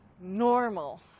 normal